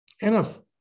Enough